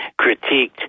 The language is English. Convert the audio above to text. critiqued